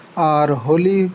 আর Holi